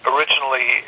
originally